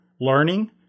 learning